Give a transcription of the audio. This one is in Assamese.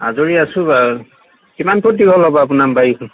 আজৰি আছো বাৰু কিমান ফুট দীঘল হ'ব আপোনাৰ বাৰীখন